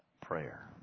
prayer